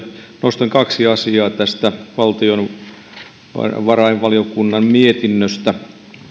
nostan kaksi asiaa tästä valtiovarainvaliokunnan mietinnöstä